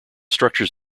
structures